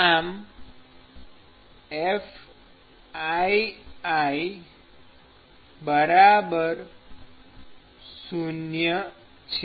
આમ Fii 0 છે